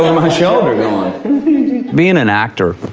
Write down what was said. my shoulder going. being an actor,